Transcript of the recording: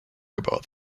about